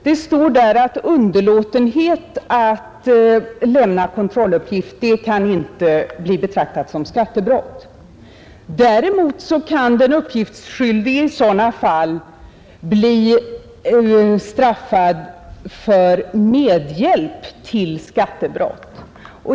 Det står där att underlåtenhet att lämna kontrolluppgift inte kan bli betraktat som skattebrott. Däremot kan den uppgiftsskyldige i sådana fall bli straffad för medhjälp till skattebrott.